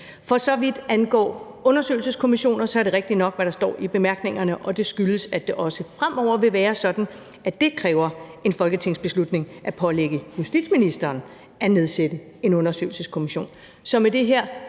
For så vidt angår undersøgelseskommissioner, er det rigtigt nok, hvad der står i bemærkningerne, og det skyldes, at det også fremover vil være sådan, at det kræver en folketingsbeslutning at pålægge justitsministeren at nedsætte en undersøgelseskommission.